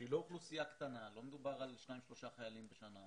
שהיא לא אוכלוסייה קטנה לא מדובר על שניים-שלושה חיילים בשנה,